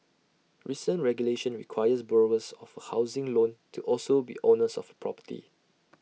recent regulation requires borrowers of A housing loan to also be owners of A property